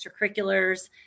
extracurriculars